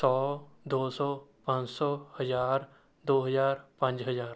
ਸੌ ਦੋ ਸੌ ਪੰਜ ਸੌ ਹਜ਼ਾਰ ਦੋ ਹਜ਼ਾਰ ਪੰਜ ਹਜ਼ਾਰ